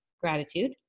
gratitude